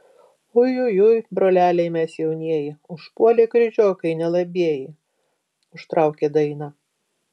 ui ui ui broleliai mes jaunieji užpuolė kryžiokai nelabieji užtraukė dainą